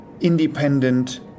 independent